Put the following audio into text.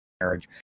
marriage